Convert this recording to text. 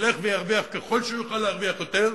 ילך וירוויח ככל שהוא יוכל להרוויח יותר,